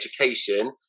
education